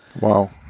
Wow